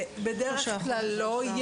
בדרך כלל לא.